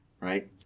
right